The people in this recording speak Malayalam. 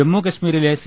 ജമ്മു കശ്മീരിലെ സി